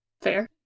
Fair